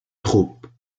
troupes